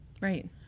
Right